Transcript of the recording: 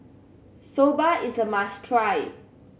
soba is a must try